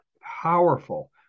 powerful